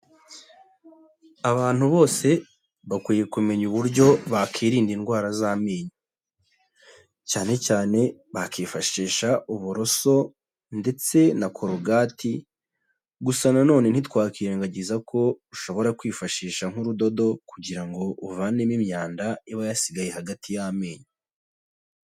Abantu bose bakwiye kumenya uburyo bakwirinda indwara z'amenyo. Cyane cyane bakifashisha uburoso ndetse na korogati, gusa na none ntitwakwirengagiza ko ushobora kwifashisha nk'urudodo, kugira ngo uvanemo imyanda iba yasigaye hagati y'amenyo.